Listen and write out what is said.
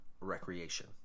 recreation